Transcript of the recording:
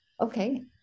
okay